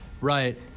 Right